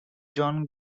john